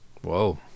Whoa